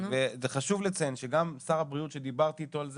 חשוב לציין שגם שר הבריאות כשדיברתי אתו על זה,